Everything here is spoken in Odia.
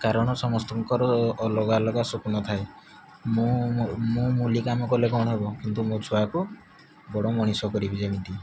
କାରଣ ସମସ୍ତଙ୍କର ଅଲଗା ଅଲଗା ସ୍ୱପ୍ନ ଥାଏ ମୁଁ ମୁଲି କାମ କଲେ କଣ ହେବ କିନ୍ତୁ ମୋ ଛୁଆକୁ ବଡ଼ ମଣିଷ କରିବି ଯେମିତି